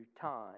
time